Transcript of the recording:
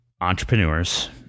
entrepreneurs